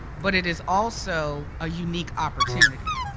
but it is also a unique opportunity.